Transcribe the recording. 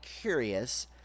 curious